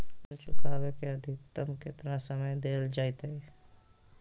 Loan चुकाबे के अधिकतम केतना समय डेल जयते?